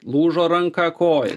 lūžo ranka koja